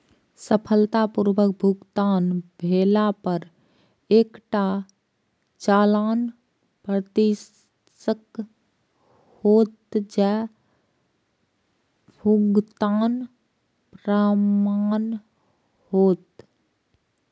सफलतापूर्वक भुगतान भेला पर एकटा चालान प्रदर्शित हैत, जे भुगतानक प्रमाण हैत